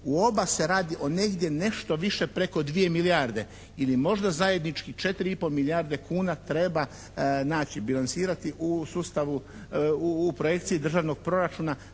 u oba se radi o negdje nešto više preko dvije milijarde ili možda zajednički četiri i po milijarde kuna treba naći, bilancirati u sustavu, u projekciji državnog proračuna,